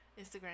instagram